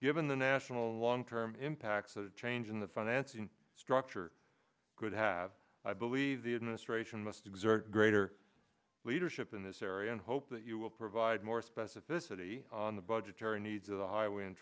given the national long term impacts of the change in the financing structure could have i believe the administration must exert greater leadership in this area and hope that you will provide more specificity on the budgetary needs of the highway and